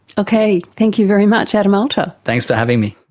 okay, thank you very much adam alter. thanks for having me.